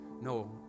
No